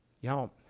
Y'all